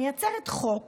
מייצרת חוק